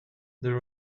there